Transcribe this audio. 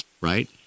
right